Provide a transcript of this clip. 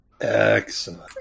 excellent